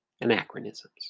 anachronisms